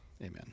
Amen